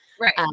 Right